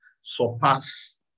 surpass